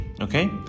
okay